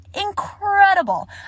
incredible